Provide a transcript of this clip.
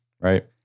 right